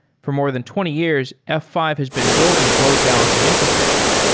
for more than twenty years, f five has been building load-balancing infrastructure,